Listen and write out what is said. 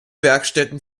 werkstätten